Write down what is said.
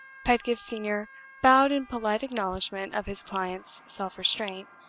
pedgift senior bowed in polite acknowledgment of his client's self-restraint,